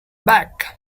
back